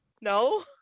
No